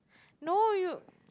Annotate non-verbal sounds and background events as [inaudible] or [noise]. no you [noise]